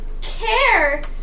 Care